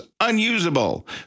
unusable